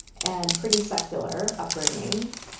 and pretty secular upbringings,